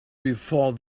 before